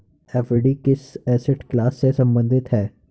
FD किस asset class से संबंधित है?